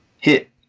hit